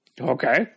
Okay